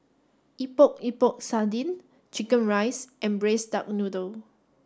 epok epok sardin chicken rice and braised duck noodle